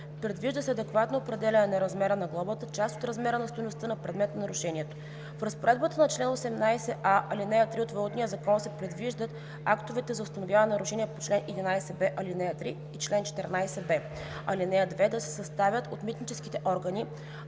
Предвижда се адекватно определяне на размера на глобата – част от размера на стойността на предмета на нарушението. В разпоредбата на чл. 18а, ал. 3 от Валутния закон се предвижда актовете за установяване на нарушенията по чл. 11б, ал. 3 и чл. 14б, ал. 2 да се съставят от митническите органи,